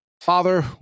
Father